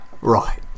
Right